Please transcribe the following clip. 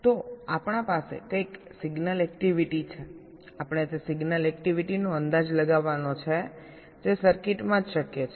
તો આપણાં પાસે કઈક સિગ્નલ એક્ટિવિટી છે આપણે તે સિગ્નલ એક્ટિવિટી નો અંદાજ લગાવવાનો છે જે સર્કિટમાં જ શક્ય છે